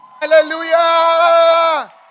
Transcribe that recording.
Hallelujah